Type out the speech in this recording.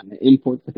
Import